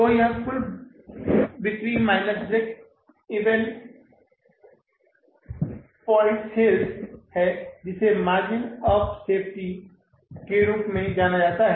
तो यहाँ कुल बिक्री minus break even point sales BPS है जिसे मार्जिन ऑफ़ सेफ्टी के रूप में जाना जाता है